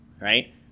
Right